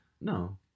No